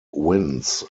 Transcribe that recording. winds